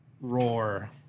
roar